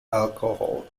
alcohol